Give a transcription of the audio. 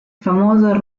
famoso